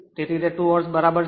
તેથી તે 2 હર્ટ્ઝ બરાબર છે